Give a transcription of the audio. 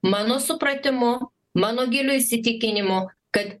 mano supratimu mano giliu įsitikinimu kad